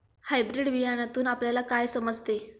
Hybrid बियाण्यातून आपल्याला काय समजते?